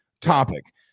topic